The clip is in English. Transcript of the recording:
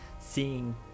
seeing